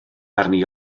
arni